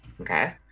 Okay